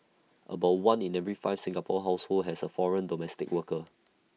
about one in every five Singapore households has A foreign domestic worker